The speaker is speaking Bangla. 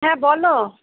হ্যাঁ বলো